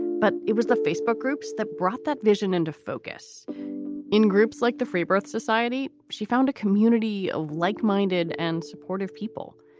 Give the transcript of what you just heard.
but it was the facebook groups that brought that vision into focus in groups like the free birth society. she found a community of like minded and supportive people,